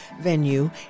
venue